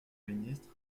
ministre